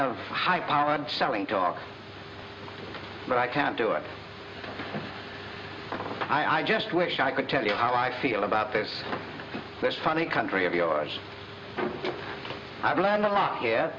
of high powered selling car but i can't do it i just wish i could tell you how i feel about this that's funny country of yours i learned a lot here